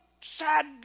sad